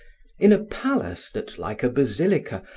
in a palace that, like a basilica,